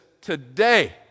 today